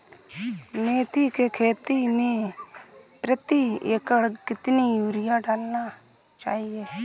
मेथी के खेती में प्रति एकड़ कितनी यूरिया डालना चाहिए?